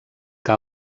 que